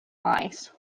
mice